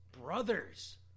brothers